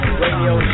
radio